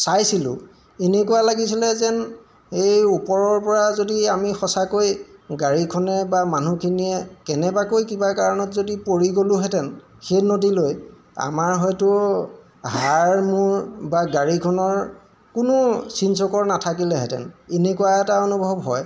চাইছিলোঁ এনেকুৱা লাগিছিলে যেন এই ওপৰৰপৰা যদি আমি সঁচাকৈ গাড়ীখনে বা মানুহখিনিয়ে কেনেবাকৈ কিবা কাৰণত যদি পৰি গ'লোহেঁতেন সেই নদীলৈ আমাৰ হয়তো হাৰ মূৰ বা গাড়ীখনৰ কোনো চিন চকৰ নাথাকিলেহেঁতেন এনেকুৱা এটা অনুভৱ হয়